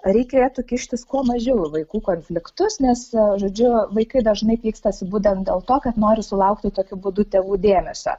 reikėtų kištis kuo mažiau į vaikų konfliktus nes žodžiu vaikai dažnai pykstasi būtent dėl to kad nori sulaukti tokiu būdu tėvų dėmesio